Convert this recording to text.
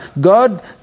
God